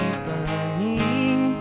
burning